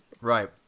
Right